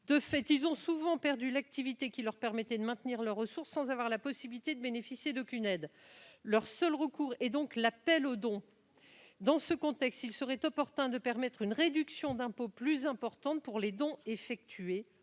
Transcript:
De fait, ils ont souvent perdu l'activité qui leur permettait de maintenir leurs ressources et ne peuvent bénéficier d'aucune aide par ailleurs. Leur seul recours est donc l'appel aux dons. Dans ce contexte, il serait opportun de permettre une réduction d'impôt plus importante pour les dons effectués